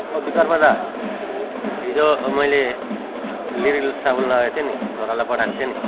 ओ बिकर्म दा हिजो मैले लिरिल साबुन लगेको थिएँ नि छोरालाई पठाएको थिएँ नि